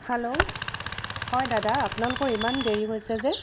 hello হয় দাদা আপোনালোকৰ ইমান দেৰি হৈছে যে